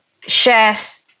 shares